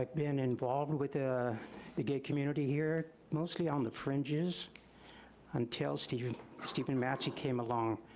like been involved with ah the gay community here mostly on the fringes until steven steven matzie came along.